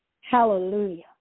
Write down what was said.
Hallelujah